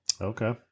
Okay